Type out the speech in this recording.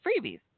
freebies